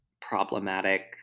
problematic